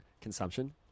consumption